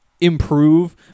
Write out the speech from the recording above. improve